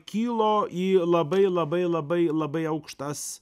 kilo į labai labai labai labai aukštas